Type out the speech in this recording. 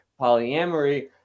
polyamory